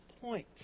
point